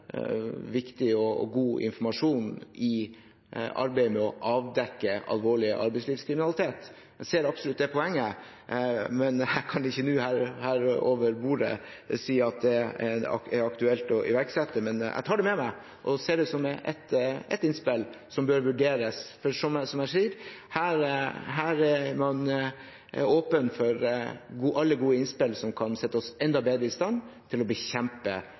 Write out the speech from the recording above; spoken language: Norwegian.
viktig og god informasjon i arbeidet med å avdekke alvorlig arbeidslivskriminalitet. Jeg ser absolutt det poenget, men jeg kan ikke her og nå, over bordet, si at det er aktuelt å iverksette, men jeg tar det med meg og ser det som et innspill som bør vurderes. For som jeg sier: Her er man åpen for alle gode innspill som kan sette oss enda bedre i stand til å bekjempe